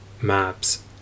maps